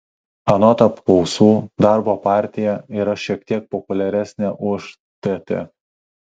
anot apklausų darbo partija yra šiek tiek populiaresnė už tt